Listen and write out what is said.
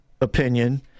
opinion